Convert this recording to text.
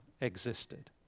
existed